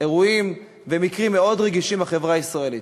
אירועים ומקרים מאוד רגישים בחברה הישראלית.